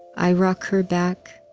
i rock her back,